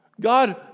God